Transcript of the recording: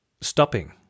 stopping